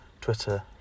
Twitter